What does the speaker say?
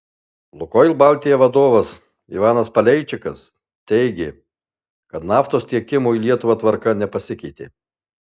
lukoil baltija vadovas ivanas paleičikas teigė kad naftos tiekimo į lietuvą tvarka nepasikeitė